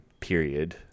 Period